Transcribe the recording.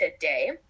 today